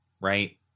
Right